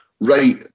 right